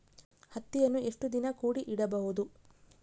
ಹತ್ತಿಯನ್ನು ಎಷ್ಟು ದಿನ ಕೂಡಿ ಇಡಬಹುದು?